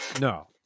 No